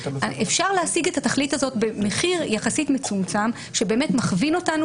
אפשר להשיג את התכלית הזו במחיר יחסית מצומצם שבאמת מכווין אותנו